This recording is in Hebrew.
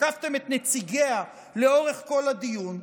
תקפתם את נציגיה לאורך כל הדיון,